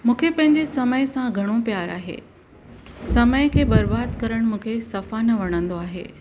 मूंखे पंहिंजे समय सां घणो प्यार आहे समय खे बर्बादु करण मूंखे सफ़ा न वणंदो आहे